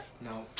No